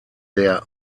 der